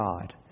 God